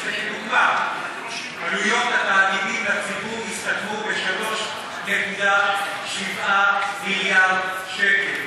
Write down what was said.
עלויות התאגידים לציבור הסתכמו ב-3.7 מיליארד שקלים,